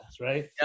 right